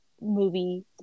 movie